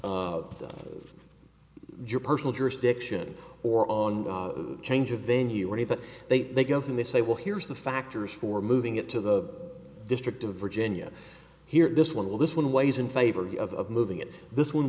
job personal jurisdiction or on change of venue or anything they go and they say well here's the factors for moving it to the district of virginia here this one will this one weighs in favor of moving it this one